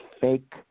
fake